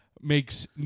makes